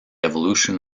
evolution